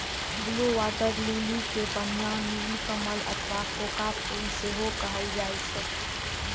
blue water lily कें पनिया नीलकमल अथवा कोका फूल सेहो कहल जाइ छैक